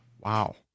Wow